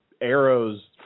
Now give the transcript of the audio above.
arrows